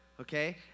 Okay